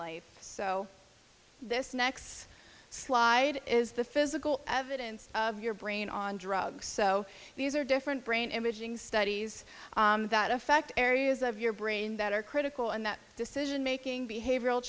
life so this next slide is the physical evidence of your brain on drugs so these are different brain imaging studies that affect areas of your brain that are critical in that decision making behavioral